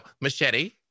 Machete